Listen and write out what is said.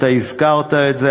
אתה הזכרת את זה,